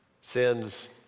sins